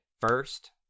first